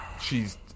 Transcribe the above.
she's-